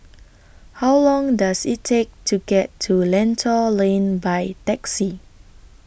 How Long Does IT Take to get to Lentor Lane By Taxi